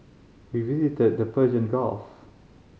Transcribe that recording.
we visited the Persian Gulf